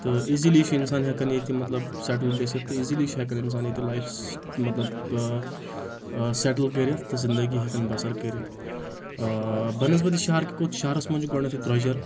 تہٕ ایٖزِلی چھُ اِنسان ہؠکَان ییٚتہِ مطلب سَیٚٹٕل گٔژھِتھ تہٕ ایٖزِلی چھُ ہؠکَان اِنسان ییٚتہِ لایِف مطلب سَیٚٹٕل کٔرِتھ تہٕ زِندَگی ہؠکَان بَصر کٔرِتھ بَنِیَسبتہِ شہرکہِ کھۄتہٕ شہرَس منٛز چھُ گۄڈنیٚتھٕے درۄجَر